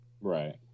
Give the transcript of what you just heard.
Right